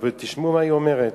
תשמעו מה היא אומרת: